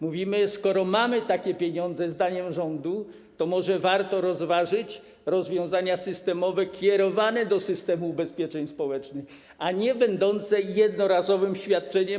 Mówimy: skoro mamy takie pieniądze zdaniem rządu, to może warto rozważyć rozwiązania systemowe kierowane do systemu ubezpieczeń społecznych, a nie będące jednorazowym świadczeniem.